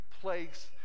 place